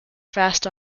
fast